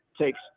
takes